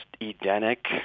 Edenic